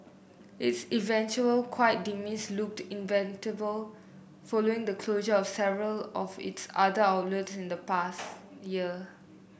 its eventual quiet demise looked following the closure of several of its other outlet in the past year